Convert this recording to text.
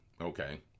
okay